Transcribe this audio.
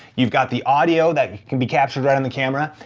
you've got the audio that can be captured right on the camera,